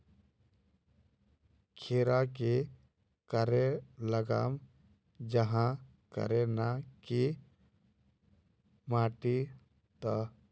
खीरा की करे लगाम जाहाँ करे ना की माटी त?